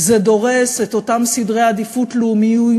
זה דורס את אותם סדרי עדיפויות לאומיים